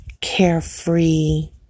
carefree